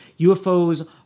UFOs